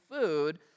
food